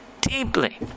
deeply